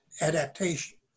adaptation